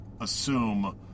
assume